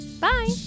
Bye